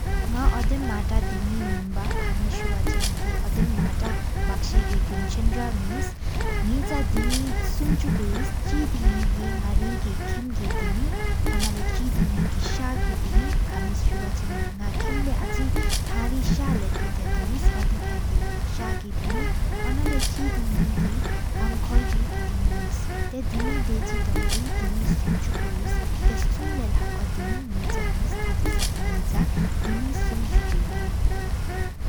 ནག་འོ་དེ་མ་ཏ་དེ་མི་མེན་བག། ཁ་མི་སུ་བ་ཆེ་ན་དི་འོ་དེ་མ་ཏག། བཀས་ཀ་གི་གུམ་ཆེན་ར་མེ། ནེ་ཆ་དེ་མི་སུམ་ཆུ་ཁུ་ཧེས། གཅིག་དེ་ནེ་གི་ནག་རི་གི་ཁིམ་གི་དེ་མི། འོ་ན་ལེ་གཅིག་དེ་ནེག་སཀ་གི་དི་མི། ཁ་མི་སུ་བ་ཆེ་ན་ནག་ཁིམ་ལེ་ཨ་ཅིག། ཐག་རིང་སཀ་ལེན་དི་ད་ཏོའོ་ཨིནས། འོ་དེ་ཕ་ཏེ་གི་སཀ་གི་དེ་མི། འོ་ན་ལེ་གཅིག་དེ་ནེ་གི་ཁང་སྐོར་གི་དེ་མི་ཧེས། ཐ་དེ་མི་དེ་གཅིག་བདོམ་ཏེ་དེ་མི་སུམ་ཆུ་ཁུ་ཧེ། སུམ་ལེ་ལ་ཁོ་དེ་མི་ནེ་ཆག་མེ། ཐ་ཏོབ་སང་ཏེ་ཨ་ནེ་ཆད་དེ་མི་སུམ་ཆུ་ཁུ་ཧེས།